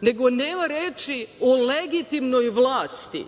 nego nema reči o legitimnoj vlasti